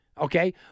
okay